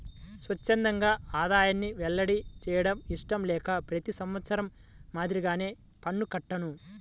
స్వఛ్చందంగా ఆదాయాన్ని వెల్లడి చేయడం ఇష్టం లేక ప్రతి సంవత్సరం మాదిరిగానే పన్ను కట్టాను